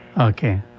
Okay